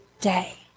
day